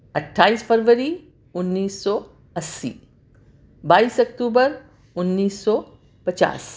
اٹھائیس فروری انیس سو اسّی بائیس اکتوبر انّیس سو پچاس